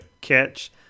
catch